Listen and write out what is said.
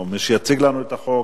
מי שיציג לנו את החוק,